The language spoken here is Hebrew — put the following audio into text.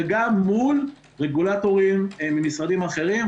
וגם מול רגולטורים ממשרדים אחרים.